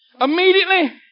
Immediately